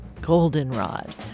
goldenrod